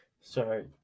sorry